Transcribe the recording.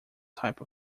type